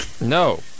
No